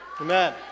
Amen